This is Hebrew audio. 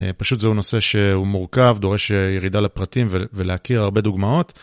פשוט זהו נושא שהוא מורכב, דורש ירידה לפרטים ולהכיר הרבה דוגמאות.